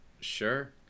Sure